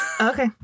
Okay